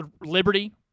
liberty